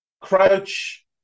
Crouch